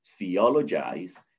theologize